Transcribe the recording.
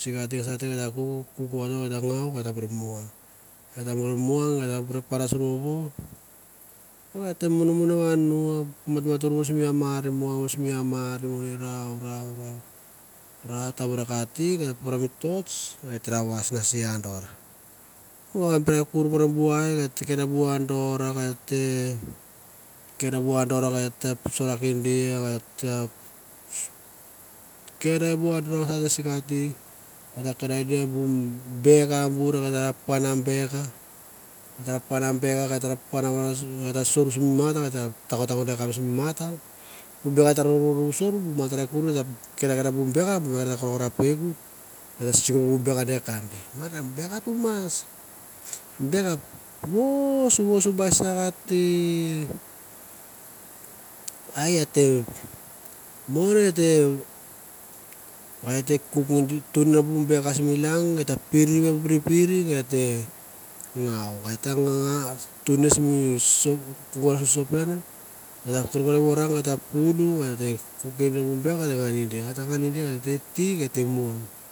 sikati at la kuk vato et tangau. et ta nouge panda so e vovo et te monon mo i va nu matmatur mo sein amir nge rau ta bur kate poro mi torch et ta ra vais abdor, paku paku bu ai kenda bu andor sekati et ia kenda bur bu beka et ta ra pan na beka va et ta ra sor sim mat mi bek va ta rarou rou tsor kenda kenda bub bek a gi atekor kor i kambi beka tumas beka tumas bek ruk ngan bu bek simi long et ta turnut simikava sospen kore kore vara at ta pul et ta kuk ngan mi ngou ti nge murang